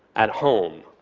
at home,